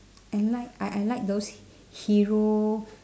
and like I I like those hero